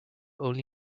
only